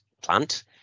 plant